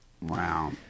Wow